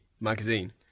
magazine